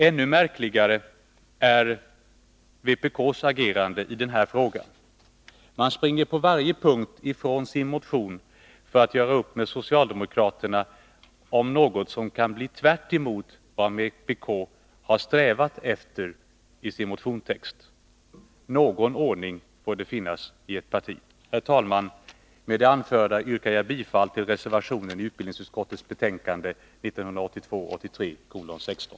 Ännu märkligare är vpk:s agerande i den här frågan. Man springer på varje punkt ifrån sin motion för att göra upp med socialdemokraterna om något som kan bli tvärtemot vad vpk har strävat efter i sin motionstext. Någon ordning får det finnas i ett parti. Herr talman! Med det anförda yrkar jag bifall till reservationen vid utbildningsutskottets betänkande 1982/83:16.